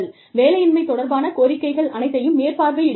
வேலையின்மை தொடர்பான கோரிக்கைகள் அனைத்தையும் மேற்பார்வையிடுகிறீர்கள்